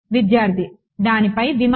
విద్యార్థి దానిపై విమానం